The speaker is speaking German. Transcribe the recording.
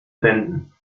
wenden